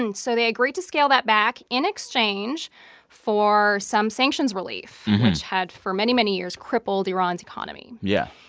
and so they agreed to scale that back in exchange for some sanctions relief, which had, for many, many years, crippled iran's economy yeah.